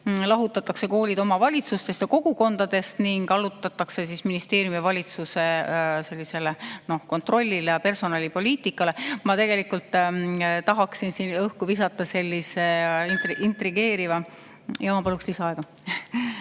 lahutatakse koolid omavalitsustest ja kogukondadest ning allutatakse ministeeriumi, valitsuse kontrollile ja personalipoliitikale. Ma tegelikult tahaksin siin õhku visata sellise intrigeeriva ettepaneku. Ma paluks lisaaega.